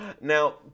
Now